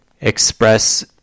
express